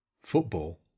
Football